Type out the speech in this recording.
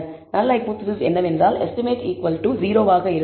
நல் ஹைபோதேசிஸ் என்னவென்றால் எஸ்டிமேட்கள் 0 ஆக இருக்கும்